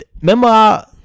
Remember